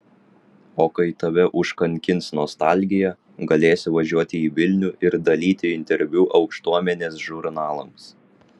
o kai tave užkankins nostalgija galėsi važiuoti į vilnių ir dalyti interviu aukštuomenės žurnalams